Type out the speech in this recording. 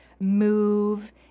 move